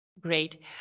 Great